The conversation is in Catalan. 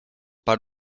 per